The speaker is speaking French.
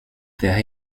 vers